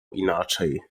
inaczej